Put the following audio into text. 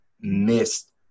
missed